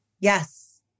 Yes